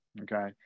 okay